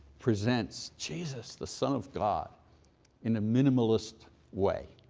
presents jesus the son of god in a minimalist way.